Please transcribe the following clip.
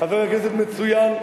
חבר כנסת מצוין,